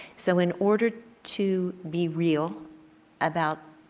so in order to be real about